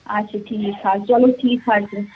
اچھا ٹھیٖک حظ چلو ٹھیٖک حظ چھُ